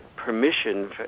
Permission